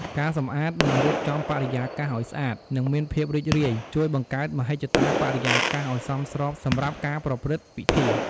ការសម្អាតនឹងរៀបចំបរិយាកាសឲ្យស្អាត និងមានភាពរីករាយ ជួយបង្កើតមហិច្ឆតាបរិយាកាសឲ្យសមស្របសម្រាប់ការប្រព្រឹត្តិពិធី។